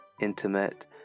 Intimate